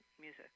music